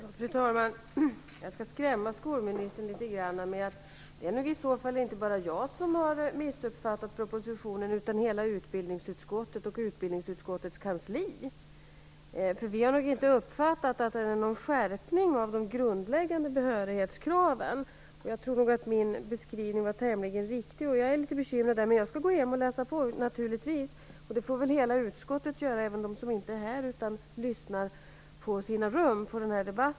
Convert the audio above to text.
Fru talman! Jag skall skrämma skolministern litet grand med att det är nog inte bara jag som har missuppfattat propositionen. Det har i så fall hela utbildningsutskottet och hela utbildningsutskottets kansli gjort. Vi har inte uppfattat att regeringens förslag innebär någon skärpning av de grundläggande behörighetskraven. Jag tror att min beskrivning var tämligen riktig. Men jag är litet bekymrad, så jag skall naturligtvis gå hem och läsa på. Och det får väl hela utskottet göra.